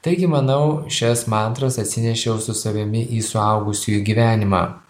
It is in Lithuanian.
taigi manau šias mantras atsinešiau su savimi į suaugusiųjų gyvenimą